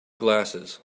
glasses